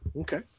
Okay